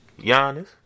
Giannis